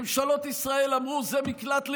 ממשלות ישראל אמרו: זה מקלט ליהודים,